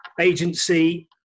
agency